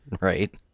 Right